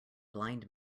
blind